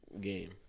game